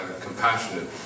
compassionate